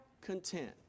content